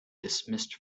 dismissed